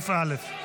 א'.